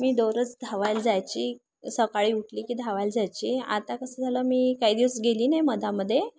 मी दररोज धावायला जायची सकाळी उठले की धावायला जायची आता कसं झालं मी काही दिवस गेली नाही मध्येमध्ये